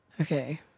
okay